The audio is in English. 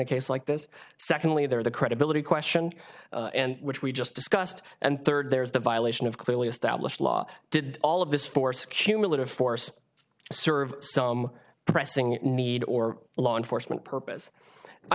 case like this secondly there is a credibility question which we just discussed and third there is the violation of clearly established law did all of this force cumulative force serve some pressing need or a law enforcement purpose i